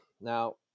Now